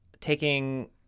taking